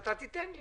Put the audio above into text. אתה תיתן לי.